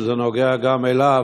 שזה קשור גם אליו,